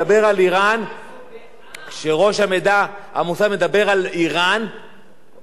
כשראש המוסד מדבר על אירן או מתי צריך או מתי אי-אפשר,